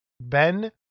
Ben